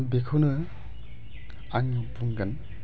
बेखौैनो आं बुंगोन